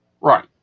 Right